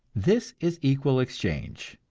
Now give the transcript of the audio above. this is equal exchange,